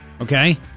okay